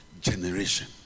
generation